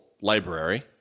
library